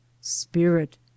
Spirit